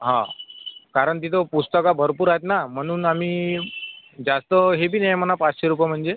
हा कारण तिथं पुस्तकं भरपूर आहेत ना म्हणून आम्ही जास्त हे बी नाही ना पाचशे रुपये म्हणजे